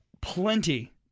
plenty